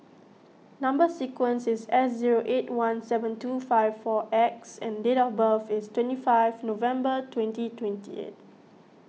Number Sequence is S zero eight one seven two five four X and date of birth is twenty five November twenty twenty eight